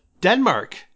Denmark